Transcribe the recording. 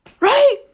right